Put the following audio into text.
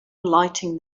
lighting